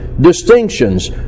distinctions